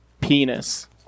Penis